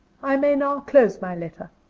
i may now close my letter.